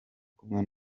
kumwe